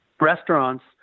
restaurants